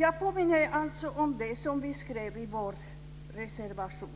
Jag påminner alltså om det som vi skrev i vår reservation,